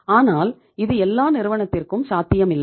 ஆனால் இது எல்லா நிறுவனத்திற்கும் சாத்தியமில்லை